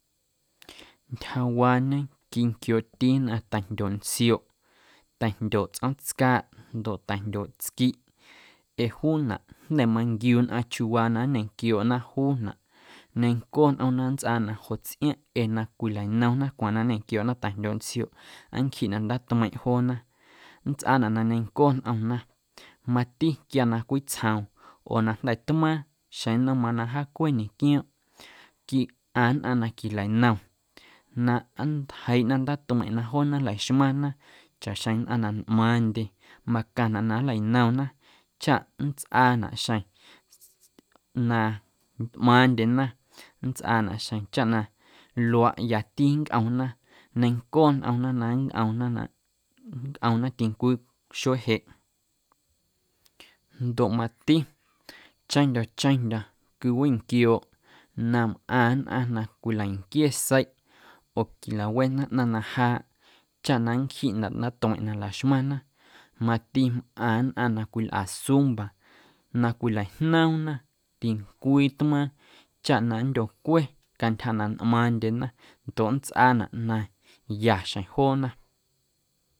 Ntjyawaañe quinquiooꞌti nnꞌaⁿ tajndyooꞌ ntsioꞌ, ta̱jndyooꞌ tsꞌoom tscaaꞌ ndoꞌ ta̱jndyooꞌ tsquiꞌ ee juunaꞌ jnda̱ manquiu nnꞌaⁿ chiuuwaa na nñenquiooꞌna juunaꞌ ñenco nꞌomna nntsꞌaanaꞌ joꞌ tsꞌiaⁿꞌ ee na cwilanomna cwaaⁿ na nñenquiooꞌna tajndyooꞌ ntsioꞌ nncjiꞌnaꞌ ndaatmeiⁿꞌ joona, nntsꞌaanaꞌ na neiⁿnco nꞌomna mati quia na cwitsjoom oo na jnda̱ tmaaⁿ xeⁿ nnom na majaacwe ñequioomꞌ quiꞌaⁿ nnꞌaⁿ na quilanom na nntjeiꞌnaꞌ ndaatmeiⁿꞌ na joona laxmaⁿna chaꞌxjeⁿ nnꞌaⁿ na ntꞌmaaⁿndye macaⁿnaꞌ na nleinomna chaꞌ nntsꞌaanaꞌ xjeⁿ na ntꞌmaaⁿndyena nntsꞌaanaꞌ xjeⁿ chaꞌ na luaaꞌ ya nncꞌomna neiⁿnco nꞌomna na nncꞌomna na nncꞌomna tincwii xuee jeꞌ. Ndoꞌ mati cheⁿndyo̱ cheⁿndyo̱ quiwinquiooꞌ na mꞌaⁿ nnꞌaⁿ na cwilanquie seiꞌ oo quilawena ꞌnaⁿ na jaaꞌ chaꞌ na nncjiꞌnaꞌ ndaatmeiⁿꞌ na laxmaⁿna mati mꞌaⁿ na cwilꞌa zumba na cwilajnoomna tincwii tmaaⁿ chaꞌ na nndyocwe cantyja na ntꞌmaaⁿndyena ndoꞌ nntsꞌanaꞌ na yaxjeⁿ joona.